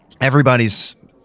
everybody's